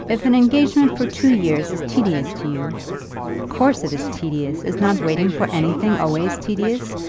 if an engagement for two years is tedious to you of course it is tedious. is not waiting for anything always tedious?